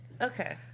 Okay